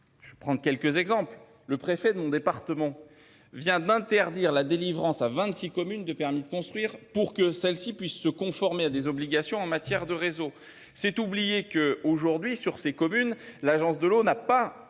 Je prends quelques exemples, le préfet de mon département vient d'interdire la délivrance à 26 communes de permis de construire pour que celles-ci puissent se conformer à des obligations en matière de réseau. C'est oublier que aujourd'hui sur ces communes l'Agence de l'eau n'a pas.